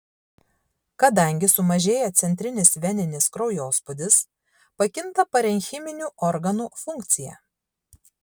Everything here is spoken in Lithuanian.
kadangi sumažėja centrinis veninis kraujospūdis pakinta parenchiminių organų funkcija